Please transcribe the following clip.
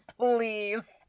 please